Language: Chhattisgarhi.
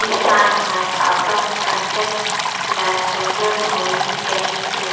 किसान मन अपन फसल ल सुग्घर होही कहिके